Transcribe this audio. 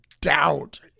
doubt